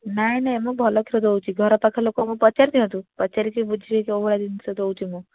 ନାହିଁ ନାହିଁ ମୁଁ ଭଲ କ୍ଷୀର ଦେଉଛି ଘରପାଖ ଲୋକଙ୍କୁ ପଚାରି ଦିଅନ୍ତୁ ପଚାରିକି ବୁଝିବେ କେଉଁ ଭଳିଆ ଜିନିଷ ଦେଉଛି ମୁଁ